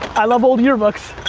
i love old yearbooks.